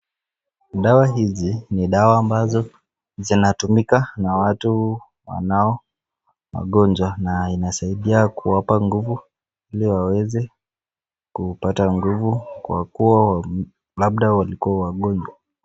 Dawa hizi ni dawa ambazo zinatumika na watu wanao magonjwa na inasaidia kuwapa nguvu ili waweze kupata nguvu kwa kuwa labda walikuwa wagonjwa.